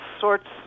sorts